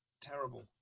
terrible